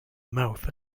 mouth